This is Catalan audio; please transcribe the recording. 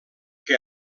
que